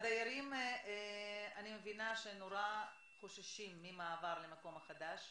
אני מבינה שהדיירים מאוד חוששים מהמעבר למקום החדש,